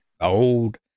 old